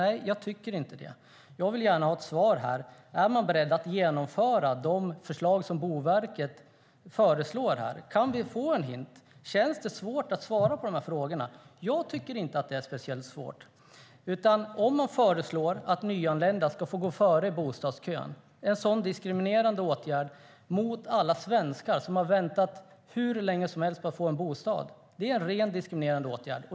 Jag tycker inte det. Jag vill gärna ha ett svar. Är man beredd att genomföra de förslag som Boverket har? Kan vi få en hint? Känns det svårt att svara på frågorna? Jag tycker inte att det är speciellt svårt. Man föreslår att nyanlända ska få gå före i bostadskön. Det är en diskriminerande åtgärd mot alla svenskar som har väntat hur länge som helst på att få en bostad. Det är en rent diskriminerande åtgärd.